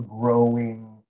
growing